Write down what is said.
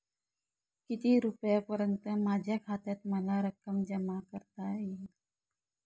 किती रुपयांपर्यंत माझ्या खात्यात मला रक्कम जमा करता येईल?